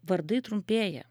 vardai trumpėja